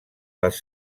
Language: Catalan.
les